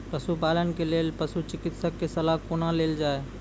पशुपालन के लेल पशुचिकित्शक कऽ सलाह कुना लेल जाय?